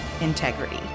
Integrity